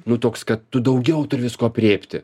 nu toks kad tu daugiau turi visko aprėpti